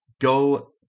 Go